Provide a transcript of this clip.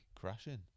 crashing